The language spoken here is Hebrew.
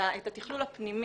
את התכנון הפנימי,